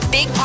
Big